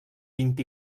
vint